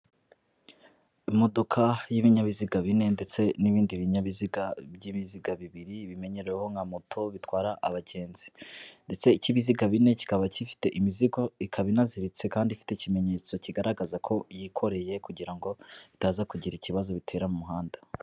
Imodoka y'ibinyabiziga bine ndetse n'ibindi binyabiziga by'ibiziga bibiri, bimenyereweho nka moto bitwara abagenzi ndetse ik'ibiziga bine kikaba gifite imizigo ikaba inaziritse kandi ifite ikimenyetso kigaragaza ko yikoreye kugira ngo itaza kugira ikibazo bitera mu muhanda.